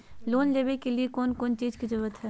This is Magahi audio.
लोन लेबे के लिए कौन कौन चीज के जरूरत है?